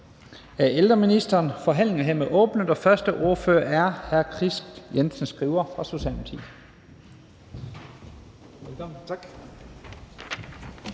er genoptaget. Forhandlingen er hermed åbnet, og første ordfører er hr. Kris Jensen Skriver, Socialdemokratiet.